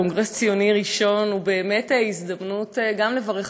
קונגרס ציוני ראשון הוא באמת הזדמנות גם לברך